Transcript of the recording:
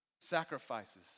Sacrifices